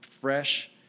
fresh